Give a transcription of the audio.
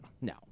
No